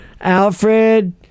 Alfred